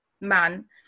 man